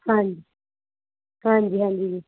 ਹਾਂਜੀ ਹਾਂਜੀ ਹਾਂਜੀ ਜੀ